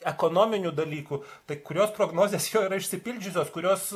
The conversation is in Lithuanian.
ekonominių dalykų kai kurios prognozės yra išsipildžiusios kurios